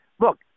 look